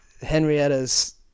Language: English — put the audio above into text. Henrietta's